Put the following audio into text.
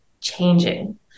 changing